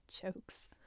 Jokes